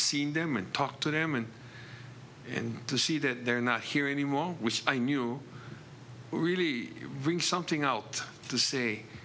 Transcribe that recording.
seen them and talked to them and and to see that they're not here anymore which i knew were really bring something out to say